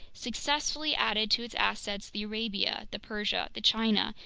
successively added to its assets the arabia, the persia, the china,